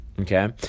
Okay